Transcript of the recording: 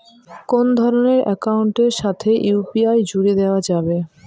কোন ধরণের অ্যাকাউন্টের সাথে ইউ.পি.আই জুড়ে দেওয়া যাবে?